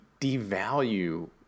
devalue